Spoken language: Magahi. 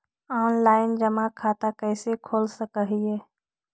ऑनलाइन जमा खाता कैसे खोल सक हिय?